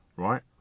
Right